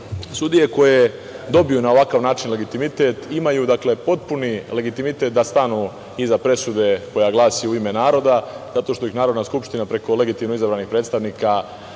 Sudije koje dobiju na ovakav način legitimitet imaju dakle, potpuni legitimitet da stanu iza presude koja glasi u ime naroda, zato što ih Narodna skupština preko legitimno izabranih predstavnika